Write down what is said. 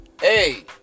Hey